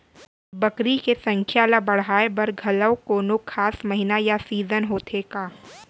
बकरी के संख्या ला बढ़ाए बर घलव कोनो खास महीना या सीजन होथे का?